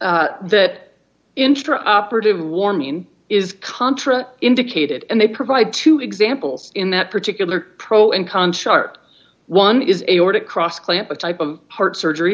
that intra operative warming is contra indicated and they provide two examples in that particular pro and con chart one is a or to cross clamp a type of heart surgery